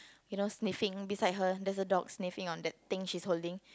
you know sniffing beside her there's a dog sniffing on that thing she's holding